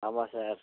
ஆமாம் சார்